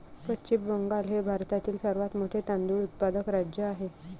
पश्चिम बंगाल हे भारतातील सर्वात मोठे तांदूळ उत्पादक राज्य आहे